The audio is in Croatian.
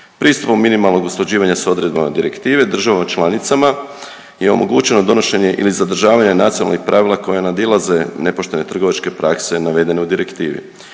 Pristupom minimalnog usklađivanja s odredbama direktive državama članicama je omogućeno donošenje ili zadržavanje nacionalnih pravila koja nadilaze nepoštene trgovačke prakse navedene u direktivi.